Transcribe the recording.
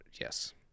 Yes